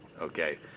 okay